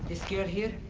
this girl here,